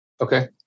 Okay